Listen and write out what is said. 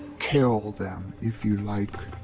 kill them, if you like.